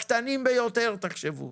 אני קורא לכם